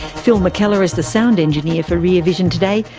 phil mckellar is the sound engineer for rear vision today.